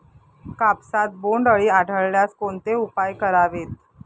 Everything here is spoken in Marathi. कापसात बोंडअळी आढळल्यास कोणते उपाय करावेत?